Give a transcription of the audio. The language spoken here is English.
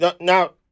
now